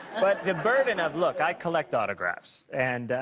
but the burden of, look, i collect autographs. and